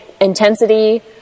intensity